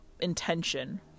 intention